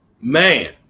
Man